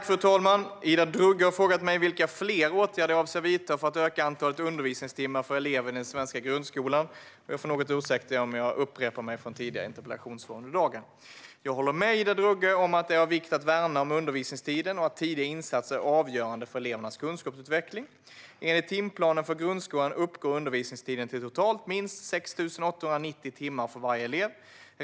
Fru talman! Ida Drougge har frågat mig vilka fler åtgärder jag avser att vidta för att öka antalet undervisningstimmar för elever i den svenska grundskolan. Jag vill ursäkta mig om jag upprepar mig från tidigare interpellationssvar i dag. Jag håller med Ida Drougge om att det är av vikt att värna om undervisningstiden och att tidiga insatser är avgörande för elevernas kunskapsutveckling. Enligt timplanen för grundskolan uppgår undervisningstiden till totalt minst 6 890 timmar för varje elev.